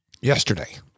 Yesterday